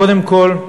קודם כול,